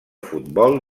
futbol